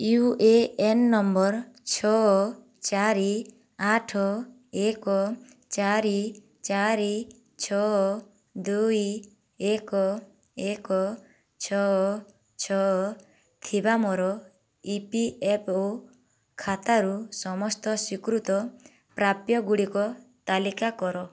you A N number ଛଅ ଚାରି ଆଠ ଏକ ଚାରି ଚାରି ଛଅ ଦୁଇ ଏକ ଏକ ଛଅ ଛଅ ଥିବା ମୋର ଇ ପି ଏଫ୍ ଓ ଖାତାରୁ ସମସ୍ତ ସ୍ଵୀକୃତ ପ୍ରାପ୍ୟ ଗୁଡ଼ିକର ତାଲିକା କର